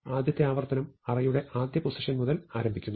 ആദ്യത്തെ ആവർത്തനം അറേയുടെ ആദ്യപൊസിഷൻ മുതൽ ആരംഭിക്കുന്നു